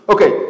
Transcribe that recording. Okay